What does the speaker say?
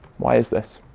why is this?